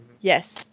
Yes